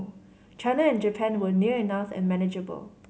China and Japan were near enough and manageable